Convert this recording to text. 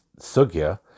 Sugya